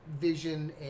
vision